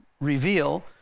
reveal